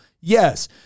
Yes